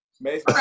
Mace